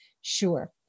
Sure